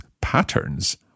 Patterns